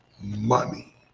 money